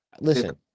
Listen